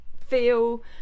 feel